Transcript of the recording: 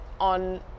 on